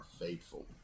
faithful